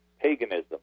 paganism